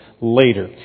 later